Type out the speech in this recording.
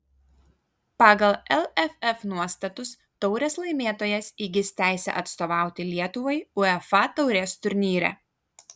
pagal lff nuostatus taurės laimėtojas įgis teisę atstovauti lietuvai uefa taurės turnyre